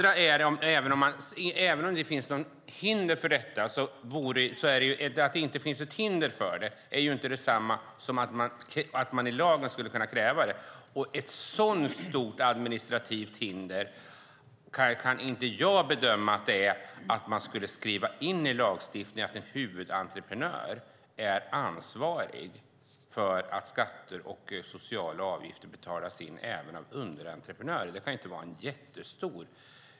Att det inte finns hinder för något är inte detsamma som att man i lagen skulle kräva det, och ett sådant stort administrativt hinder kan inte jag bedöma att det vore om man skulle skriva in i lagstiftningen att en huvudentreprenör är ansvarig för att skatter och sociala avgifter betalas in även av underentreprenörer. Det kan inte vara ett jättestort hinder.